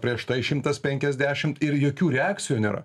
prieš tai šimtas penkiasdešim ir jokių reakcijų nėra